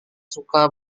suka